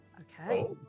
Okay